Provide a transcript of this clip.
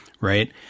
right